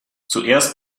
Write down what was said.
zuerst